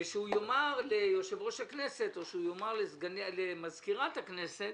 שהוא יאמר ליושב-ראש הכנסת או למזכירת הכנסת